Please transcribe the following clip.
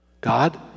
God